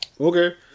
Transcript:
Okay